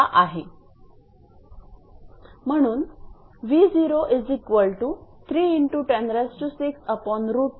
म्हणून हे सोडवल्या नंतर 𝑉0217